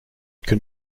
can